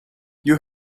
you